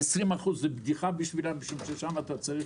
ה-20% הם בדיחה עבורם כי שם אתה צריך